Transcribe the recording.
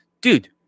dude